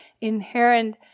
inherent